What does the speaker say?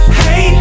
hey